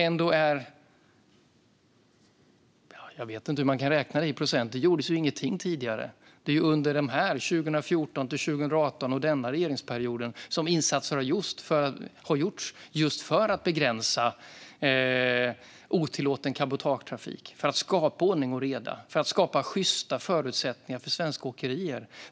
Jag vet inte hur man kan räkna det i procent, för det gjordes ju ingenting tidigare. Det är ju under åren 2014-2018 och denna regeringsperiod som insatser har gjorts för att begränsa otillåten cabotagetrafik, skapa ordning och reda och skapa sjysta förutsättningar för svenska åkerier.